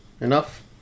enough